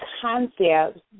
concepts